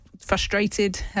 frustrated